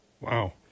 Wow